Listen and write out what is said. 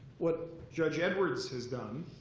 what judge edwards has done